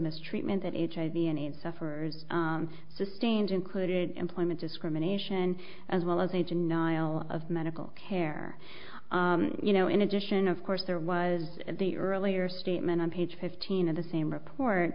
mistreatment that hiv and aids sufferers sustained included employment discrimination as well as a denial of medical care you know in addition of course there was the earlier statement on page fifteen of the same report